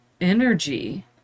energy